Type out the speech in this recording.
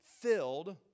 filled